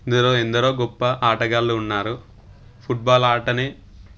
ఇందులో ఎందరో గొప్ప ఆటగాళ్ళు ఉన్నారు ఫుట్బాల్ ఆటని